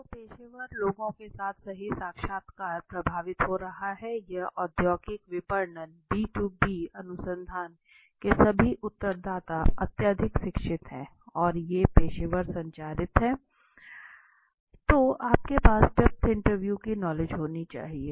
तो पेशेवर लोगों के साथ सही साक्षात्कार प्रभावित हो रहा है यह औद्योगिक विपणन बी 2 बी अनुसंधान के सभी उत्तरदाता अत्यधिक शिक्षित हैं और ये पेशेवर संचालित हैं तो आपके पास डेप्थ इंटरव्यू की नॉलेज होनी चाहिए